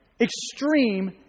extreme